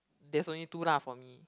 there's only two lah for me